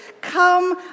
Come